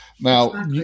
Now